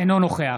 אינו נוכח